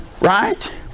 Right